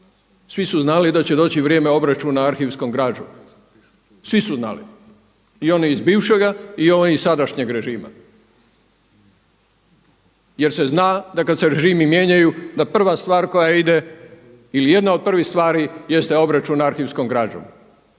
Svi su znali da će doći vrijeme obračuna arhivskom građom, svi su znali i oni iz bivšega i oni iz sadašnjeg ražima. Jer se zna da kada se režimi mijenjaju da prva stvar koja ide ili jedna od prvih stvari jeste obračun arhivskom građom.